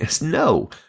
no